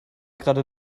gerade